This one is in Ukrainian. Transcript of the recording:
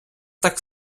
так